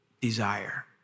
desire